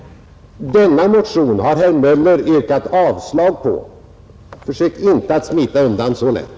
Denna motion har herr Möller yrkat avslag på. Försök inte att smita undan så lätt!